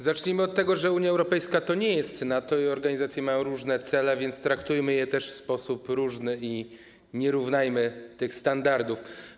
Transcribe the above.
Zacznijmy od tego, że Unia Europejska to nie jest NATO i organizacje mają różne cele, więc traktujmy je też w sposób różny i nie równajmy tych standardów.